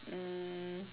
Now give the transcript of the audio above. um